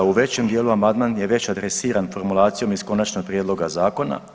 U većem dijelu amandman je već adresiran formulacijom iz konačnog prijedloga zakona.